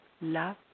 love